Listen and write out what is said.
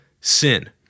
sin